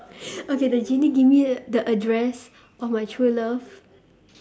okay the genie give me the the address of my true love